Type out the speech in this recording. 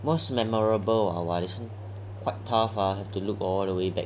most memorable ah what its quite tough ah have to look